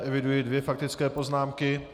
Eviduji dvě faktické poznámky.